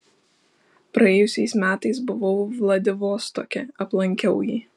praėjusiais metais buvau vladivostoke aplankiau jį